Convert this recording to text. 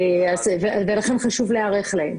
ולכן חשוב להיערך להן.